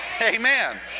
Amen